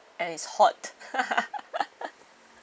and it's hot